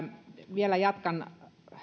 vielä jatkan